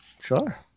Sure